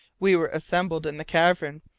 we were assembled in the cavern,